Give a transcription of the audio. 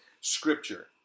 scripture